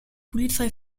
polizei